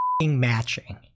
matching